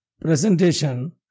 presentation